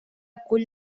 cull